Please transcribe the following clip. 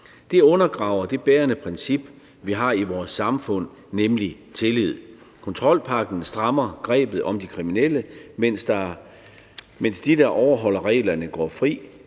Det undergraver det bærende princip, vi har i vores samfund, nemlig tillid. Kontrolpakken strammer grebet om de kriminelle, mens de, der overholder reglerne, går fri.